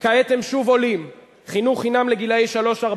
גם גשמים בכינרת, אנחנו יודעים שזה בזכותכם.